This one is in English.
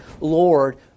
Lord